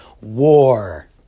War